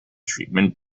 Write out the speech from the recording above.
treatment